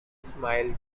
smile